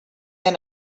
han